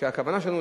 והכוונה שלנו,